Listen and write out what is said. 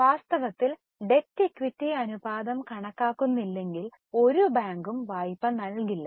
വാസ്തവത്തിൽ debt equity അനുപാതം കണക്കാക്കുന്നില്ലെങ്കിൽ ഒരു ബാങ്കും വായ്പ നൽകില്ല